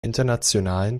internationalen